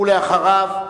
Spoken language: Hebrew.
ואחריו,